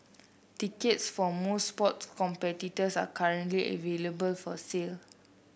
tickets for most sports competitors are currently available for sale